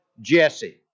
Jesse